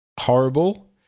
horrible